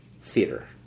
Theater